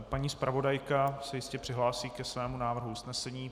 Paní zpravodajka se jistě přihlásí ke svému návrhu usnesení.